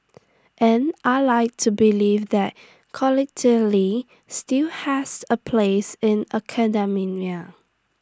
and I Like to believe that still has A place in